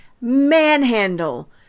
manhandle